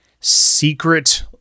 secret